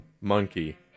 Monkey